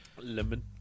Lemon